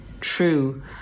true